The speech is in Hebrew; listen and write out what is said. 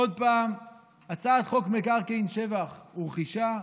עוד פעם הצעת חוק מיסוי מקרקעין (שבח ורכישה),